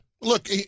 Look